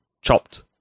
chopped